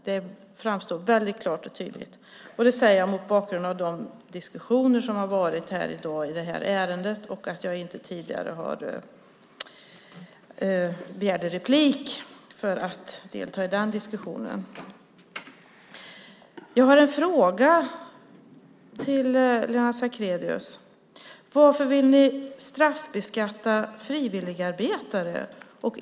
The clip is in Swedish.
Det framstår väldigt klart och tydligt. Det säger jag mot bakgrund av de diskussioner som har varit här i dag i det här ärendet. Jag begärde inte replik tidigare för att delta i den diskussionen. Jag har några frågor till Lennart Sacrédeus. Varför vill ni straffbeskatta frivilligarbetare?